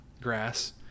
grass